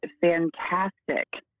fantastic